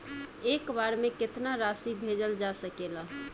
एक बार में केतना राशि भेजल जा सकेला?